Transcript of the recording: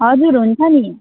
हजुर हुन्छ नि